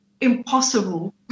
impossible